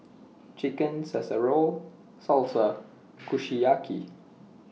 Chicken Casserole Salsa Kushiyaki